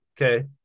Okay